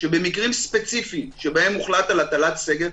שבמקרים ספציפיים שבהם הוחלט על הטלת סגר,